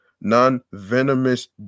non-venomous